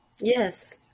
Yes